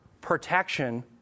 protection